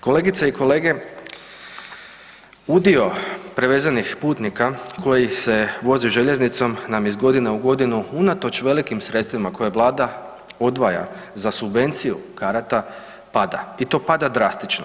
Kolegice i kolege, udio prevezenih putnika koji se vozi željeznicom nam iz godine u godinu, unatoč velikim sredstvima koja Vlada odvaja za subvenciju karata pada, i to pada drastično.